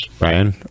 ryan